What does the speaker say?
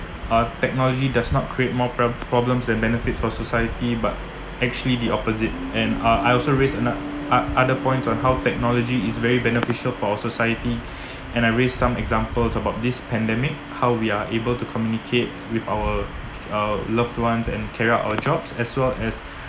uh technology does not create more prob~ problems than benefits for society but actually the opposite and I I also raised ano~ ot~ other points on how technology is very beneficial for a society and I read some examples about this pandemic how we are able to communicate with our uh loved ones and carry out our jobs as well as